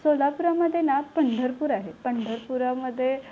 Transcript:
सोलापूरामध्ये ना पंढरपूर आहे पंढरपूरामध्ये